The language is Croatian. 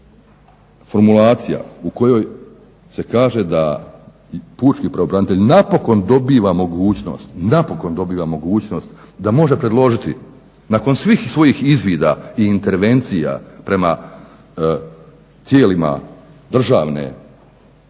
formulacija u kojoj se kaže da pučki pravobranitelj napokon dobiva mogućnost, napokon dobiva mogućnost da može predložiti nakon svih svojih izvida i intervencija prema tijelima državne